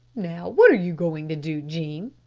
now what are you going to do, jean?